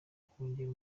kongera